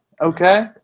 okay